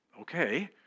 okay